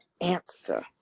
answer